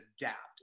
adapt